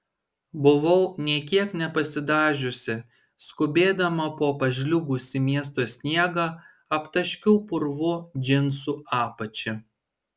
buvau nė kiek nepasidažiusi skubėdama po pažliugusį miesto sniegą aptaškiau purvu džinsų apačią